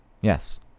Yes